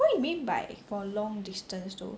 what you mean by for long distance though